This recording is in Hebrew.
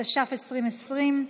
התש"ף 2020,